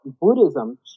Buddhism